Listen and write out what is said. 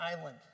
island